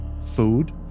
food